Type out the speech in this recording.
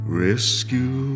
rescue